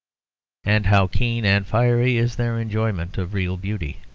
and how keen and fiery is their enjoyment of real beauty,